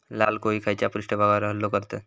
लाल कोळी खैच्या पृष्ठभागावर हल्लो करतत?